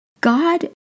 God